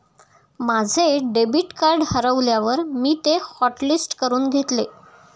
माझे debit card हरवल्यावर मी ते हॉटलिस्ट करून घेतले